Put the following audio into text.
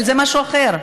אבל זה משהו אחר.